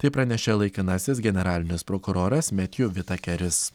tai pranešė laikinasis generalinis prokuroras metju vitakeris